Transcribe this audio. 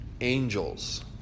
angels